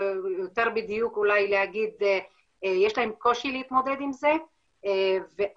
יותר מדויק להגיד שיש להם קושי להתמודד עם זה ואז